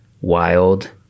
wild